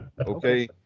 Okay